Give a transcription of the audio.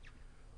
כן.